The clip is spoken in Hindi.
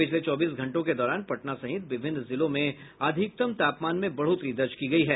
पिछले चौबीस घंटों के दौरान पटना साहित विभिन्न जिलों में अधिकतम तापमान में बढ़ोतरी दर्ज की गयी है